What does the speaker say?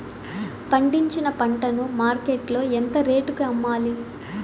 పండించిన పంట ను మార్కెట్ లో ఎంత రేటుకి అమ్మాలి?